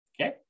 okay